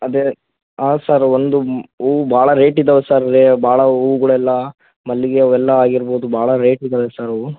ಅದೇ ಹಾಂ ಸರ್ ಒಂದು ಮ್ ಹೂವು ಭಾಳ ರೇಟಿದಾವೆ ಸರ್ ಅಲ್ಲಿ ಭಾಳ ಹೂವುಗಳೆಲ್ಲ ಮಲ್ಲಿಗೆ ಹೂವೆಲ್ಲ ಆಗಿರ್ಬೋದು ಭಾಳ ರೇಟಿದ್ದಾವೆ ಸರ್ ಅವು